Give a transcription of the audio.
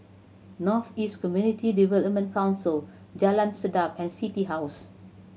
North East Community Development Council Jalan Sedap and City House